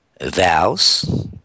vows